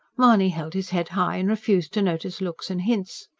mahony held his head high, and refused to notice looks and hints.